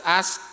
ask